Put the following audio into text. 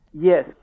Yes